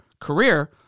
career